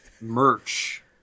Merch